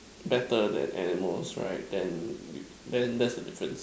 better than animals right then then that's the difference